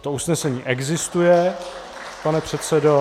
To usnesení existuje, pane předsedo.